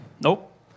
Nope